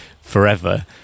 forever